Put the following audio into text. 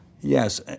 Yes